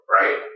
right